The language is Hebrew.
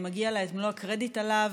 מגיע לה את מלוא הקרדיט עליו,